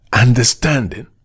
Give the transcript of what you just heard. understanding